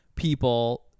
people